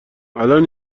الان